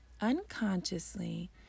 unconsciously